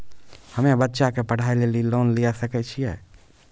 हम्मे बच्चा के पढ़ाई लेली लोन लिये सकय छियै?